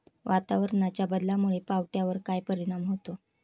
वातावरणाच्या बदलामुळे पावट्यावर काय परिणाम होतो?